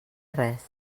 res